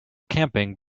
camping